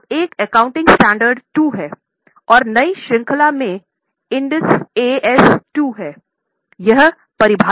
अब एक accounting standard 2 थी